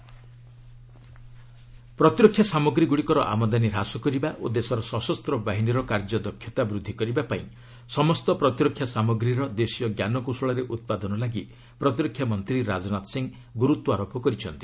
Rajnath defence indigenisation ପ୍ରତିରକ୍ଷା ସାମଗ୍ରୀ ଗୁଡ଼ିକର ଆମଦାନୀ ହ୍ରାସ କରିବା ଓ ଦେଶର ସଶସ୍ତ ବାହିନୀର କାର୍ଯ୍ୟଦକ୍ଷତା ବୃଦ୍ଧି କରିବାପାଇଁ ସମସ୍ତ ପ୍ରତିରକ୍ଷା ସାମଗ୍ରୀର ଦେଶୀୟ ଜ୍ଞାନକୌଶଳରେ ଉତ୍ପାଦନ ଲାଗି ପ୍ରତିରକ୍ଷା ମନ୍ତ୍ରୀ ରାଜନାଥ ସିଂହ ଗୁରୁତ୍ୱାରୋପ କରିଛନ୍ତି